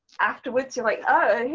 afterwards you're like oh,